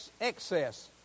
excess